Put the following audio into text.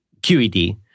QED